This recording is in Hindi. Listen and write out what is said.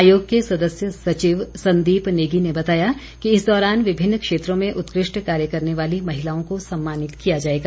आयोग के सदस्य सचिव संदीप नेगी ने बताया कि इस दौरान विभिन्न क्षेत्रों में उत्कृष्ट कार्य करने वाली महिलाओं को सम्मानित किया जाएगा